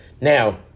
Now